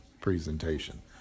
presentation